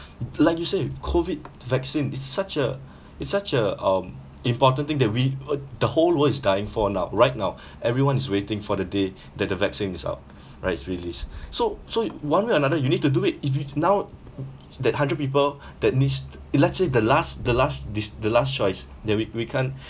like you said COVID vaccine it's such a it's such a um important thing that we uh the whole world is dying for now right now everyone is waiting for the day that the vaccine is up right it's release so so one way or another you need to do it if it now that hundred people that needs let's say the last the last this the last choice that we we can't